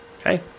Okay